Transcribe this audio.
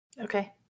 Okay